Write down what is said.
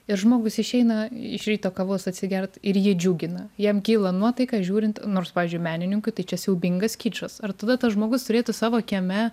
ir žmogus išeina iš ryto kavos atsigert ir jį džiugina jam kyla nuotaika žiūrint nors pavyzdžiui menininkui tai čia siaubingas kičas ar tada tas žmogus turėtų savo kieme